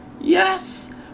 Yes